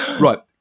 Right